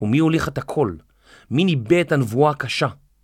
ומי הוליך את הקול? מי ניבא את הנבואה הקשה?